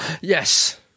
Yes